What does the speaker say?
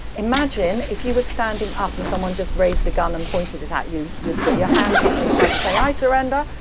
imagine if you were standing up and someone just raised a gun and pointed it at you, you'd put your hands up in front and say i surrender.